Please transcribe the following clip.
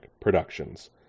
productions